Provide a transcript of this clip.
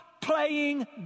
playing